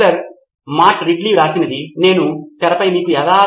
professor సరే ఆసక్తికరమైన ప్రశ్న ఏమిటంటే వారు ఎలా చేస్తారు